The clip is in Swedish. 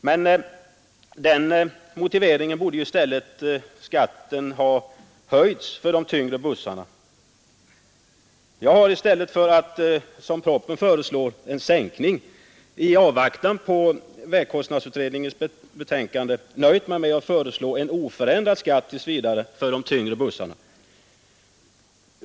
Med den motiveringen borde ju skatten för de tyngre bussarna i stället ha höjts. Jag har i stället för en sänkning, som föreslås i propositionen, i avvaktan på vägkostnadsutredningens betänkande nöjt mig med att föreslå en oförändrad skatt tills vidare för de tyngre bussarna.